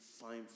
fine